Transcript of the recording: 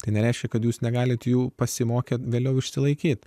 tai nereiškia kad jūs negalite jų pasimokė vėliau išsilaikyti